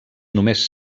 només